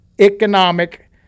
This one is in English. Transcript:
economic